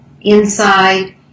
inside